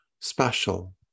special